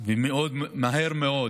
ומהר מאוד